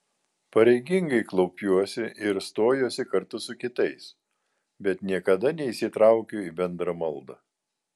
pareigingai klaupiuosi ir stojuosi kartu su kitais bet niekada neįsitraukiu į bendrą maldą